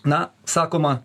na sakoma